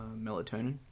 melatonin